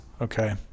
Okay